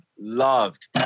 loved